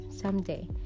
someday